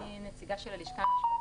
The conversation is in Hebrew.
אני נציגה של הלשכה המשפטית.